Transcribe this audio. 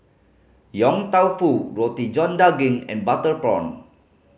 Yong Tau Foo Roti John Daging and butter prawn